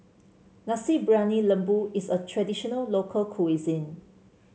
Nasi Briyani Lembu is a traditional local cuisine